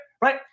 right